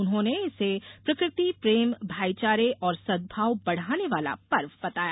उन्होंने इसे प्रकृति प्रेम भाई चारे और सद्भाव बढ़ाने वाला पर्व बताया